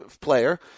player